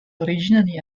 originally